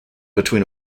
between